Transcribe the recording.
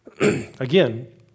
Again